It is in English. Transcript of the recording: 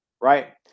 Right